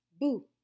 Boo